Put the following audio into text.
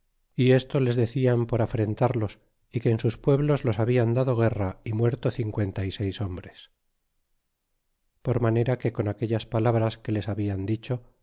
y esto les decian por afrentarlos y que en sus pueblos los habian dado guerra y muerto cincuenta y seis hombres por manera que con aquellas palabras que les hablan dicho